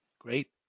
Great